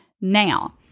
Now